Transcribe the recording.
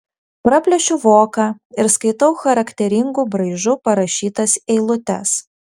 praplėšiu voką ir skaitau charakteringu braižu parašytas eilutes